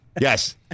Yes